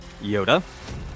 Yoda